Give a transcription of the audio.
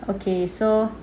okay so